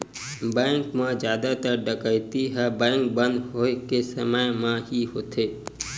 bank म जादातर डकैती ह बेंक बंद होए के समे म ही होथे